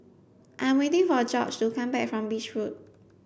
I'm waiting for Gorge to come back from Beach Road